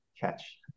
catch